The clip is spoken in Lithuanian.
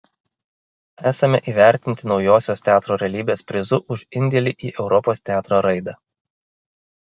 esame įvertinti naujosios teatro realybės prizu už indėlį į europos teatro raidą